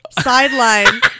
Sideline